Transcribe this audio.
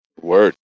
Word